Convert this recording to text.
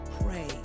Pray